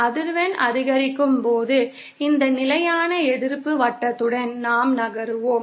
அதிர்வெண் அதிகரிக்கும் போது இந்த நிலையான எதிர்ப்பு வட்டத்துடன் நாம் நகருவோம்